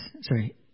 sorry